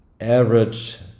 average